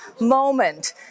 moment